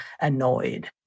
annoyed